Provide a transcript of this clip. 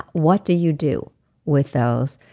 what do you do with those?